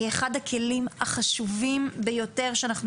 היא אחד הכלים החשובים ביותר שאנחנו